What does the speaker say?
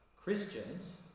Christians